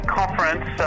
conference